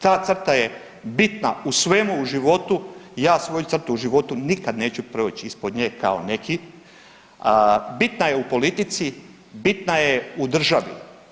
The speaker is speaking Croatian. Ta crta je bitna u svemu u životu i ja svoju crtu u životu nikad neću proć ispod nje kao neki, a bitna je u politici, bitna je u državi.